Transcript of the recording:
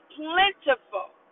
plentiful